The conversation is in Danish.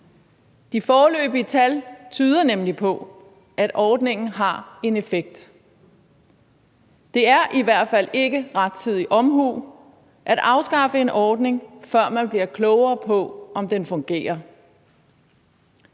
De foreløbige tal tyder nemlig på, at ordningen har en effekt. Det er i hvert fald ikke rettidig omhu at afskaffe en ordning, før man bliver klogere på, om den fungerer.